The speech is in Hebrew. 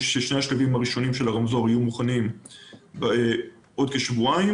שני השלבים הראשונים של הרמזור יהיו מוכנים עוד כשבועיים